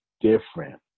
different